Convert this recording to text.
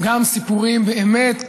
גם סיפורים באמת